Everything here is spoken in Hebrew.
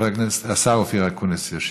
השר אופיר אקוניס ישיב.